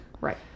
Right